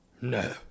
No